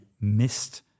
missed